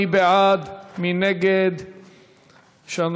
מי בעד ומי נגד העברת הנושא